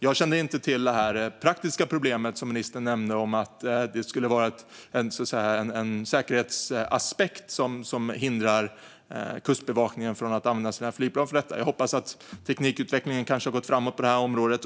Jag kände inte till det praktiska problem som ministern nämnde med att det skulle finnas en säkerhetsaspekt som hindrar Kustbevakningen från att använda sina flygplan för detta. Jag hoppas att teknikutvecklingen har gått framåt på det här området.